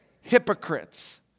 Hypocrites